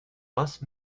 must